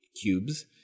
cubes